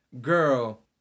girl